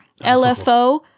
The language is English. lfo